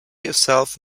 yourself